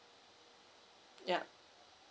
ya